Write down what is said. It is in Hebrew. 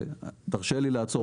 תרשה לי לעצור פה.